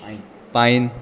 pine